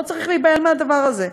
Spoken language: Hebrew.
לא צריך להיבהל מהדבר הזה.